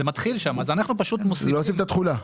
אנחנו פשוט --- מוסיפים את התחולה.